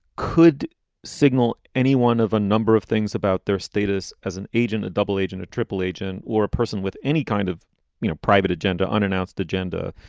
could signal anyone of a number of things about their status as an agent, a double agent, a triple agent or a person with any kind of you know private agenda, unannounced agenda,